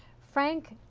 frank,